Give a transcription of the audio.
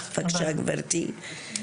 בבקשה, גבירתי.